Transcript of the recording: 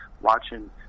watching